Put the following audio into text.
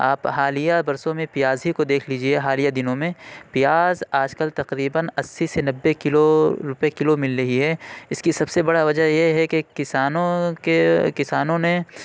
آپ حالیہ برسوں میں پیاز ہی کو دیکھ لیجیے حالیہ دنوں میں پیاز آج کل تقریباً اسّی سے نوّے کلو روپیے کلو مل رہی ہے اس کی سب سے بڑا وجہ یہ ہے کہ کسانوں کے کسانوں نے